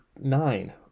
nine